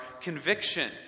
conviction